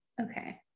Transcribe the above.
okay